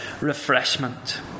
refreshment